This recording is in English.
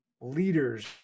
leaders